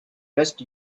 touched